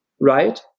right